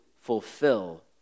fulfill